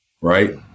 right